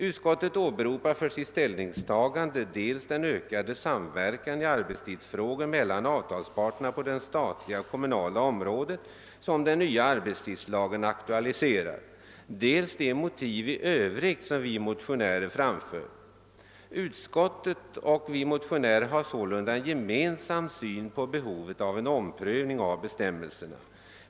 Utskottet åberopar för sitt ställningstagande dels den ökade samverkan i arbetstidsfrågor mellan avtalsparterna på det statliga och det kommunala området, som den nya arbetstidslagen aktualiserar, dels de motiv i övrigt som vi motionärer framfört. Utskottet och vi motionärer har sålunda en gemen sam syn på behovet av en omprövning av bestämmelserna.